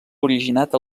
originat